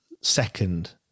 second